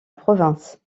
province